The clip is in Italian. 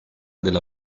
della